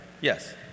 Yes